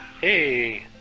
Hey